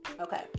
okay